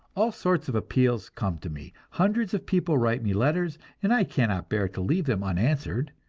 all sorts of appeals come to me hundreds of people write me letters, and i cannot bear to leave them unanswered.